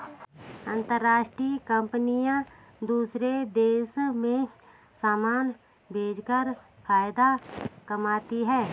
अंतरराष्ट्रीय कंपनियां दूसरे देशों में समान भेजकर फायदा कमाती हैं